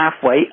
halfway